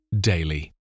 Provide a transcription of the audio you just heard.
daily